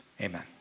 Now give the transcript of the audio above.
Amen